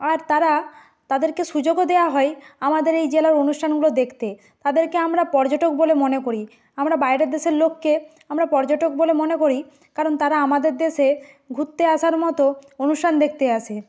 আর তারা তদেরকে সুযোগও দেওয়া হয় আমাদের এই জেলার অনুষ্ঠানগুলো দেখতে তাদেরকে আমরা পর্যটক বলে মনে করি আমরা বাইরের দেশের লোককে আমরা পর্যটক বলে মনে করি কারণ তারা আমাদের দেশে ঘুরতে আসার মতো অনুষ্ঠান দেখতে আসে